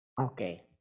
Okay